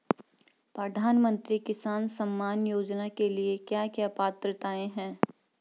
प्रधानमंत्री किसान सम्मान योजना के लिए क्या क्या पात्रताऐं हैं?